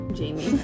Jamie